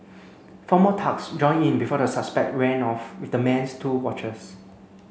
four more thugs joined in before the suspect ran off with the man's two watches